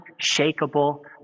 unshakable